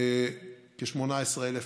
כ-18,000